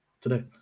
today